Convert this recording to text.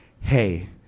hey